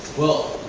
well,